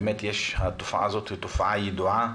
התופעה הזאת ידועה,